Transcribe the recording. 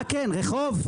מה כן, רחוב?